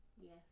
Yes